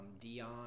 Dion